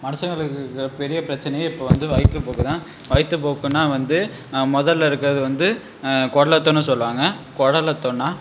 மனுஷங்களுக்கு இருக்கிற பெரிய பிரச்சினையே இப்போ வந்து வயிற்றுப்போக்கு தான் வயித்துப்போக்குன்னா வந்து முதல்ல இருக்கிறது வந்து குடலேத்தம்னு சொல்லுவாங்க குடலேத்தம்னா